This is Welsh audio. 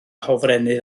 hofrennydd